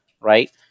right